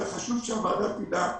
וחשוב שהוועדה תדע,